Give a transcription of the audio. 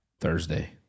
Thursday